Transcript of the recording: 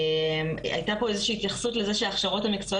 הייתה פה איזו שהיא התייחסות לזה שההכשרות המקצועיות